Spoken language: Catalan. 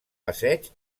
passeig